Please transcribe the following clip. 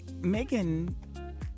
Megan